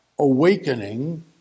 awakening